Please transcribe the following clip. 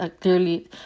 clearly